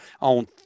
on